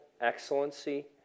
excellency